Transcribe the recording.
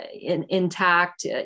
intact